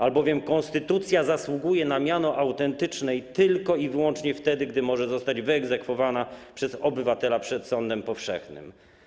Albowiem konstytucja zasługuje na miano autentycznej tylko i wyłącznie wtedy, gdy może zostać wyegzekwowana przez obywatela przed sądem powszechnym.